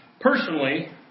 personally